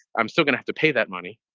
i'm still gonna have to pay that money,